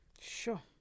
Sure